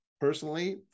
personally